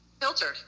filtered